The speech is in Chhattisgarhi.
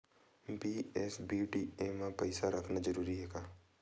बी.एस.बी.डी.ए मा पईसा रखना जरूरी हे का?